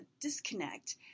disconnect